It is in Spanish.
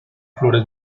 flores